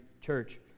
church